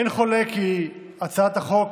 אין חולק כי הצעת החוק